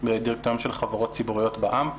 בדירקטוריונים של חברות ציבוריות בע"מ.